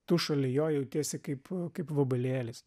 tu šalia jo jautiesi kaip kaip vabalėlis